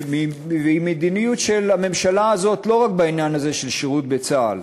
והיא מדיניות של הממשלה הזאת לא רק בעניין הזה של שירות בצה"ל.